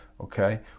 okay